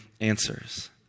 answers